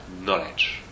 knowledge